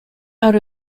out